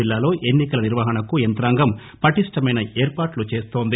జిల్లాలో ఎన్ని కల నిర్వహణకు యంత్రాంగం పటిష్టమైన ఏర్పాట్లు చేస్తోంది